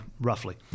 roughly